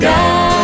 God